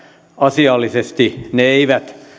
asiallisesti ne eivät